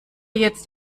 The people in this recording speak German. jetzt